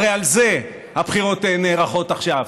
הרי על זה הבחירות נערכות עכשיו,